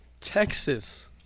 texas